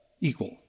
Equal